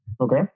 Okay